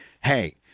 hey